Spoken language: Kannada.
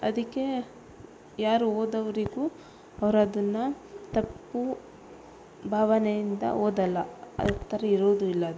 ಅದಕ್ಕೆ ಯಾರು ಓದವರಿಗು ಅವ್ರು ಅದನ್ನು ತಪ್ಪು ಭಾವನೆಯಿಂದ ಓದೋಲ್ಲ ಆ ಥರ ಇರುವುದು ಇಲ್ಲ ಅದು